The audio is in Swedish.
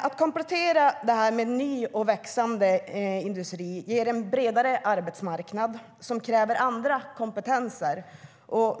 Att komplettera detta med ny och växande industri ger en bredare arbetsmarknad, som kräver andra kompetenser.